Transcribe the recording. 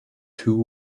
two